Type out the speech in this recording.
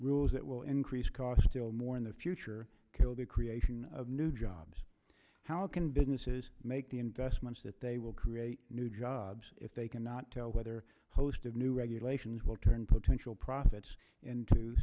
rules that will increase costs still more in the future kill the creation of new jobs how can businesses make the investments that they will create new jobs if they cannot tell whether the host of new regulations will turn potential profits into